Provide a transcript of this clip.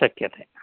शक्यते